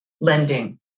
lending